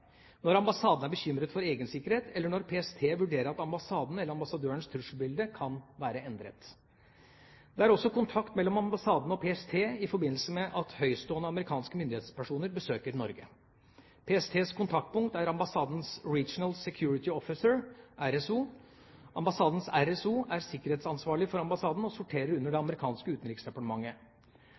når ambassaden er bekymret for egen sikkerhet, eller når PST vurderer at ambassadens eller ambassadørens trusselbilde kan være endret. Det er også kontakt mellom ambassaden og PST i forbindelse med at høytstående amerikanske myndighetspersoner besøker Norge. PSTs kontaktpunkt er ambassadens Regional Security Officer, RSO. Ambassadens RSO er sikkerhetsansvarlig for ambassaden, og sorterer under det amerikanske utenriksdepartementet.